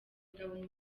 ingabo